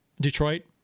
Detroit